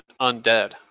undead